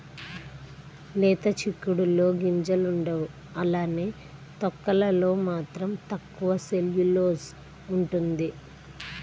లేత చిక్కుడులో గింజలుండవు అలానే తొక్కలలో మాత్రం తక్కువ సెల్యులోస్ ఉంటుంది